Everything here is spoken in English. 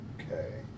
Okay